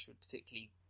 particularly